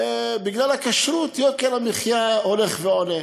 בגלל הכשרות יוקר המחיה הולך ועולה.